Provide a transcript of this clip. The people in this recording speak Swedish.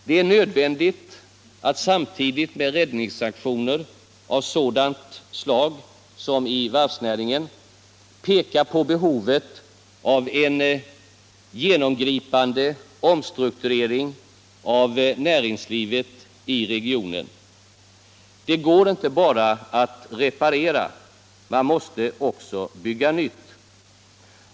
Det är nödvändigt att samtidigt med räddningsaktioner av sådant slag som i varvsnäringen peka på behovet av en genomgripande omstrukturering av näringslivet i regionen. Det går inte att bara reparera. Man måste också bygga nytt.